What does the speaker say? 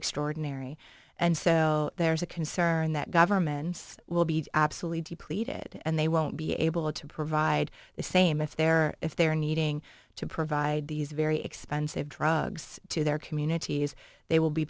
extraordinary and so there's a concern that governments will be absolutely depleted and they won't be able to provide the same if they're if they're needing to provide these very expensive drugs to their communities they will be